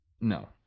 No